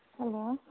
hello